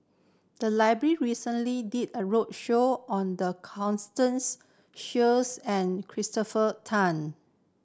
the library recently did a roadshow on the Constance Sheares and Christopher Tan